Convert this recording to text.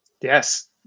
Yes